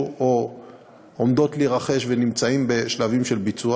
או עומדות להירכש ונמצאות בשלבים של ביצוע.